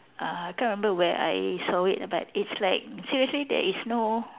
uh I can't remember where I saw it but it's like seriously there is no